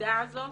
בנקודה הזאת,